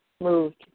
moved